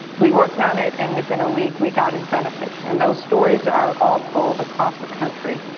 we worked on it and within a week we got his benefits. and those stories are all told across the country.